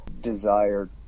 desired